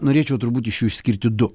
norėčiau turbūt iš jų išskirti du